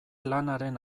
lanaren